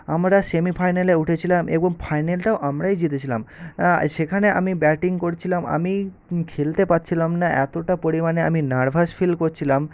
আমরা সেমি ফাইনালে উঠেছিলাম এবং ফাইনালটাও আমরাই জিতেছিলাম সেখানে আমি ব্যাটিং করছিলাম আমি খেলতে পারছিলাম না এতটা পরিমাণে আমি নার্ভাস ফিল করছিলাম